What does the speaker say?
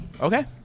Okay